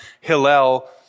Hillel